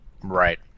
right